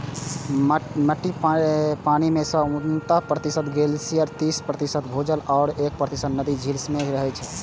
मीठ पानि मे सं उन्हतर प्रतिशत ग्लेशियर, तीस प्रतिशत भूजल आ एक प्रतिशत नदी, झील मे रहै छै